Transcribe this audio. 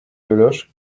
deloche